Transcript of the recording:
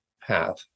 path